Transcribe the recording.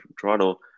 Toronto